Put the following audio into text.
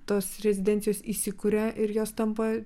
tos rezidencijos įsikuria ir jos tampa